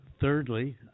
thirdly